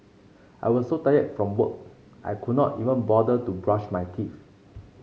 I was so tired from work I could not even bother to brush my teeth